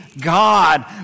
God